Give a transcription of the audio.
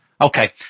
okay